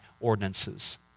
ordinances